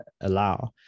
allow